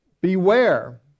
Beware